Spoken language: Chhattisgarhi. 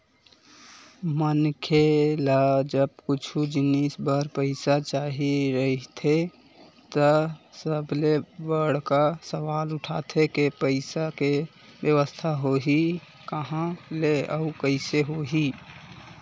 मनखे ल जब कुछु जिनिस बर पइसा चाही रहिथे त सबले बड़का सवाल उठथे के पइसा के बेवस्था होही काँहा ले अउ कइसे होही